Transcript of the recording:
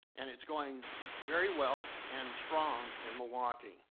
and it's going very well and strong in milwaukee.